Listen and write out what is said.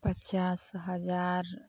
पचास हजार